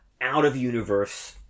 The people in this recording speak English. out-of-universe